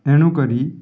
ଏଣୁ କରି